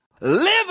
live